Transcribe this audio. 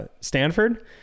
Stanford